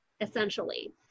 essentially